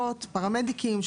פרמדיקים,